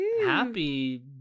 Happy